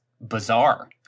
bizarre